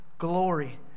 glory